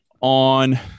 On